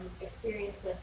experiences